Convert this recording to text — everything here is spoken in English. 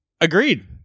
Agreed